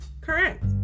Correct